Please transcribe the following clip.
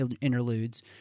interludes